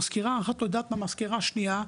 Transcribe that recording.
מזכירה אחת לא יודעת מהמזכירה השנייה.